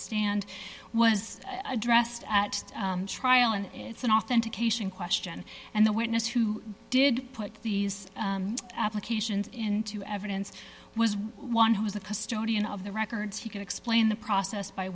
stand was addressed at trial and it's an authentication question and the witness who did put these applications into evidence was one who was the custodian of the records he could explain the process by